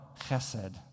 chesed